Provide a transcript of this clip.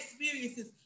experiences